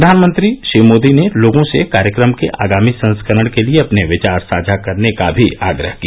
प्रधानमंत्री श्री मोदी ने लोगों से कार्यक्रम के आगामी संस्करण के लिए अपने विचार साझा करने का भी आग्रह किया